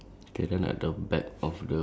oh mine only have two